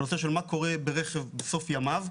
הנושא של מה קורה ברכב בסוף ימיו,